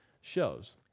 shows